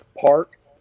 park